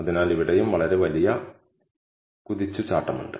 അതിനാൽ ഇവിടെയും വളരെ വലിയ കുതിച്ചുചാട്ടമുണ്ട്